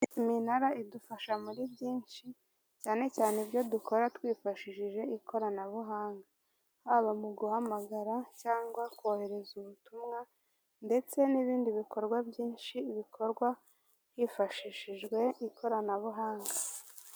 Iminara idufasha muri byinshi, cyane cyane ibyo dukora twifashishije ikoranabuhanga: haba mu guhamagara cyangwa kohereza ubutumwa, ndetse n'ibindi bikorwa byinshi bikorwa hifashishijwe ikoranabuhanga.